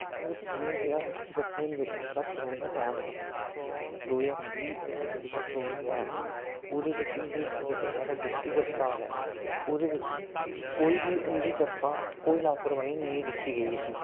जि'यां कि अस दिक्खी सकने न जेह्का साढ़ा करोना टैम हा दो ज्हार बीह् इक्की दा जेह्का करोना टैम हा ओह्दे बिच बी जेह्का साढ़ा डिस्ट्रिक अस्पताल ऐ ओह्दे बिच कोई बी उं'दी तरफा कोई लापरवाही नेईं दिक्खी गेई ऐसी